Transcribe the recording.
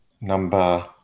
Number